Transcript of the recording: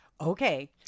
Okay